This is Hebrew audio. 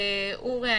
אורי.